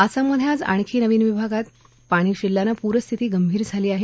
आसाममधे आज आणखी नवीन विभागात पाणी शिरल्याने प्रस्थिती गंभीर झाली आहे